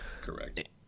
correct